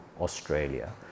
Australia